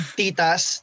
titas